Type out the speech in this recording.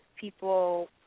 people